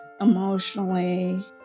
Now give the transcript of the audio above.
emotionally